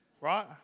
Right